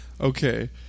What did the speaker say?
Okay